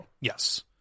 yes